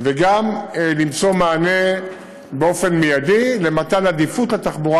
וגם למצוא מענה מיידי למתן עדיפות לתחבורה